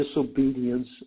disobedience